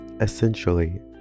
essentially